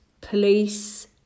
police